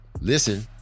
listen